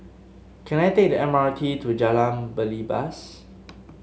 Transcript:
can I take the M R T to Jalan Belibas